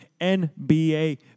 NBA